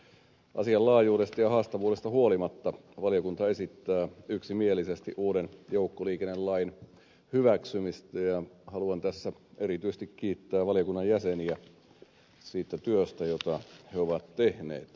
asian laajuudesta ja haastavuudesta huolimatta valiokunta esittää yksimielisesti uuden joukkoliikennelain hyväksymistä ja haluan tässä erityisesti kiittää valiokunnan jäseniä siitä työstä jota he ovat tehneet